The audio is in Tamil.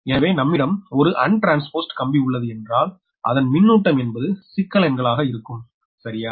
எனவே நம்மிடம் ஒரு அன் ட்ரான்ஸ்ம்ப்செட் கம்பி உள்ளது என்றால் அதன் மின்னூட்டம் என்பது சிக்கல் எண்களாக இருக்கும் சரியா